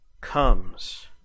comes